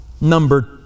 Number